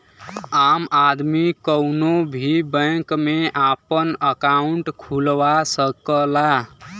आम आदमी कउनो भी बैंक में आपन अंकाउट खुलवा सकला